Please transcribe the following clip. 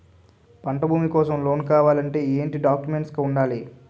పంట భూమి కోసం లోన్ కావాలి అంటే ఏంటి డాక్యుమెంట్స్ ఉండాలి?